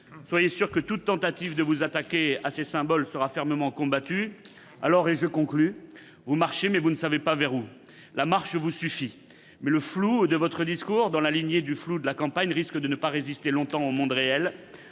Soyez sûr que toute tentative de vous attaquer à ces symboles sera fermement combattue. Vous marchez, mais vous ne savez pas vers où. La marche vous suffit. Mais le flou de votre discours, dans la lignée du flou de la campagne, risque de ne pas résister longtemps au monde réel.